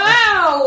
Wow